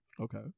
Okay